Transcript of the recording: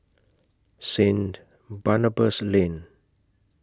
Saint Barnabas Lane